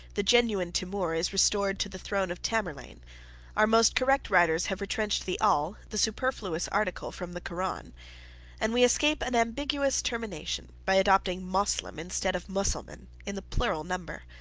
the genuine timour is restored to the throne of tamerlane our most correct writers have retrenched the al, the superfluous article, from the koran and we escape an ambiguous termination, by adopting moslem instead of musulman, in the plural number.